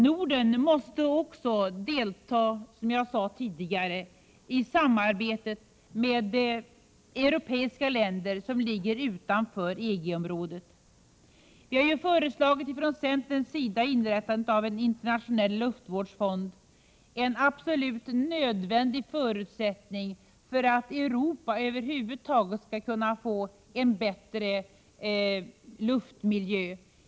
Norden måste också delta i samarbetet med europeiska länder som ligger utanför EG-området. Vi har från centerns sida föreslagit inrättandet av en internationell luftvårdsfond, som är en absolut nödvändig förutsättning för att Europa över huvud taget skall kunna få bättre luft.